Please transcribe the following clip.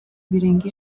birenga